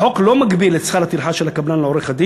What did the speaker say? החוק לא מגביל את שכר הטרחה של הקבלן לעורך-הדין